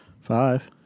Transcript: Five